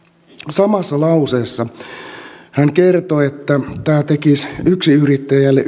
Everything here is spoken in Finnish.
samassa lauseessa hän kertoi että tämä yrittäjävähennys tekisi yksinyrittäjälle